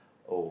oh